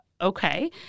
okay